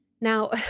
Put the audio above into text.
Now